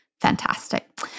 fantastic